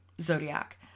Zodiac